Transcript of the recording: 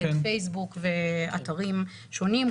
פייסבוק ואתרים שונים,